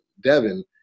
Devin